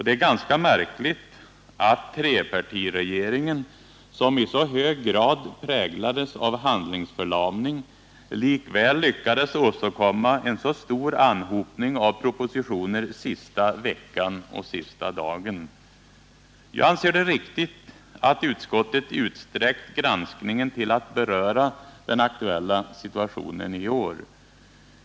Det är ganska märkligt att trepartiregeringen — som i så hög grad präglades av handlingsförlamning — likväl lyckades åstadkomma en så stor anhopning av propositioner sista veckan och sista dagen. Jag anser det riktigt att utskottet utsträckt granskningen till att beröra den aktuella situationen i år.